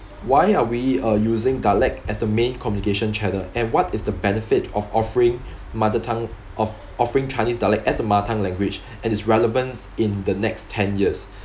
why are we uh using dialect as the main communication channel and what is the benefit of offering mother tongue of offering chinese dialect as a mother tongue language and its relevance in the next ten years